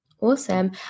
Awesome